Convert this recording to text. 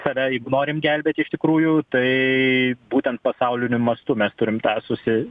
save jeigu norim gelbėti iš tikrųjų tai būtent pasauliniu mastu mes turim tą susi